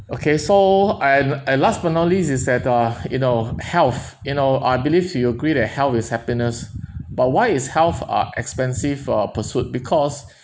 okay so I um at last but not least is that uh you know health you know I believe you'll agree that health is happiness but why is health a expensive uh pursuit because